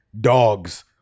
dogs